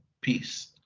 Peace